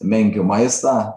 menkių maistą